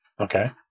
okay